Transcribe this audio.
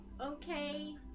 Okay